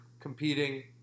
Competing